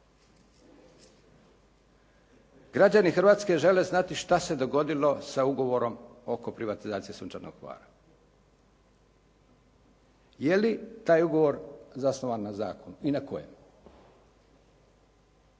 građani Hrvatske žele znati što se dogodilo sa ugovorom oko privatizacije "Sunčanog Hvara". Je li taj ugovor zasnovan na zakonu i na kojem?